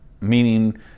meaning